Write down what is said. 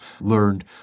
learned